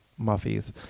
muffies